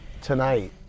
tonight